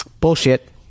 Bullshit